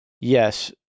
Yes